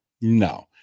no